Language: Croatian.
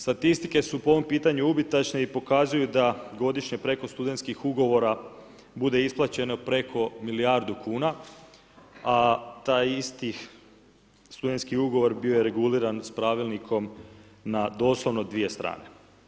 Statistike su po ovom pitanju ubitačne i pokazuju da godišnje preko studentskih ugovora bude isplaćeno preko milijardu kuna, a taj isti studentski ugovor bio je reguliran s pravilnikom na doslovno 2 strane.